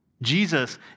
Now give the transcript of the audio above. Jesus